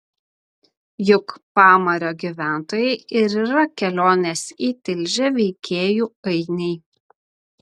juk pamario gyventojai ir yra kelionės į tilžę veikėjų ainiai